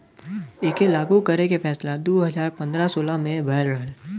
एके लागू करे के फैसला दू हज़ार पन्द्रह सोलह मे भयल रहल